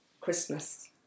Christmas